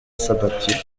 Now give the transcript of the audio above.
sabatier